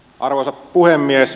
arvoisa puhemies